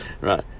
Right